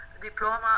diploma